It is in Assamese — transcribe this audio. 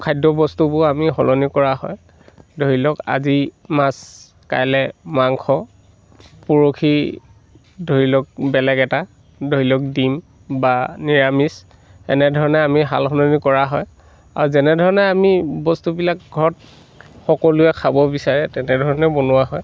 খাদ্যবস্তুবোৰ আমি সলনি কৰা হয় ধৰি লওক আজি মাছ কাইলৈ মাংস পৰহি ধৰি লওক বেলেগ এটা ধৰি লওক ডিম বা নিৰামিষ এনে ধৰণে আমি সাল সলনি কৰা হয় আৰু যেনেধৰণে আমি বস্তুবিলাক ঘৰত সকলোৱে খাব বিচাৰে তেনেধৰণে বনোৱা হয়